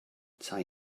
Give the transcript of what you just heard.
tai